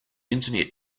internet